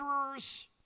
murderers